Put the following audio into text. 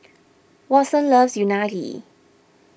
Watson loves Unagi